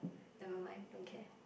never mind don't care